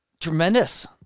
Tremendous